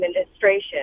administration